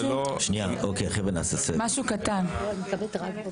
זה לא --- או להוסיף אבחנה כזו במערכת.